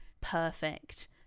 perfect